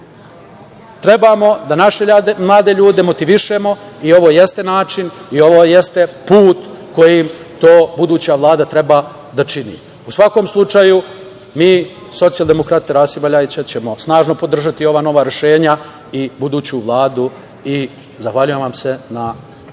treba da naše mlade ljude motivišemo i ovo jeste način i ovo jeste put kojim to buduća Vlada treba da čini.U svakom slučaju, mi, socijaldemokrate Rasima Ljajića, ćemo snažno podržati ova nova rešenja i buduću Vladu. Zahvaljujem vam se na